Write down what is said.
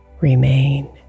remain